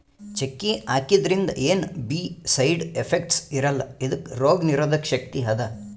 ಚಕ್ಕಿ ಹಾಕಿದ್ರಿಂದ ಏನ್ ಬೀ ಸೈಡ್ ಎಫೆಕ್ಟ್ಸ್ ಇರಲ್ಲಾ ಇದಕ್ಕ್ ರೋಗ್ ನಿರೋಧಕ್ ಶಕ್ತಿ ಅದಾ